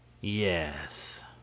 Yes